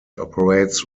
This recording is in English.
operates